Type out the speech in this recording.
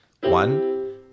One